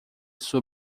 sua